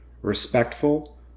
respectful